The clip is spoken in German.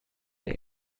der